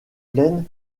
pleine